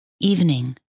evening